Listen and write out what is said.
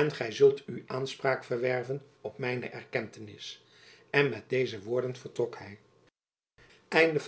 en gy zult u aanspraak verwerven op mijne erkentenis en met deze woorden vertrok hy